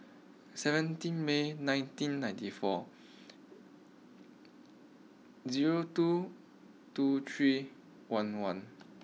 seventeen May nineteen ninety four zero two two three one one